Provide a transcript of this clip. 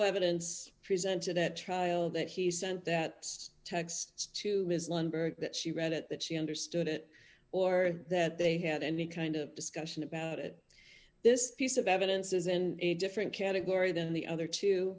evidence presented at trial that he sent that text to ms lundberg that she read it that she understood it or that they had any kind of discussion about it this piece of evidence is in a different category than the other two